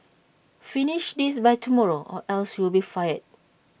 finish this by tomorrow or else you'll be fired